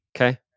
Okay